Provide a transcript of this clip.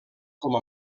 com